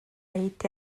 été